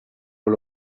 con